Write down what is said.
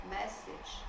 message